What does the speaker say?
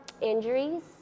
injuries